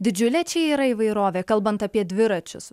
didžiulė čia yra įvairovė kalbant apie dviračius